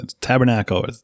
tabernacle